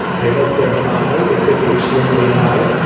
i hope they're high. they could be extremely high.